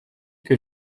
que